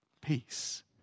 Peace